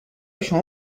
شما